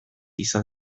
izan